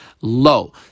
low